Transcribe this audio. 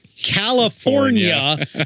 California